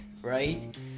right